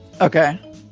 Okay